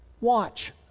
Watch